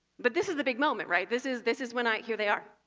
but this is the big moment, right? this is this is when i here they are.